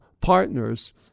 partners